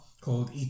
called